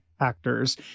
actors